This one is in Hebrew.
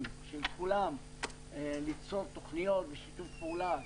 של כולם ליצור תוכניות ושיתוף פעולה,